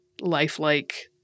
lifelike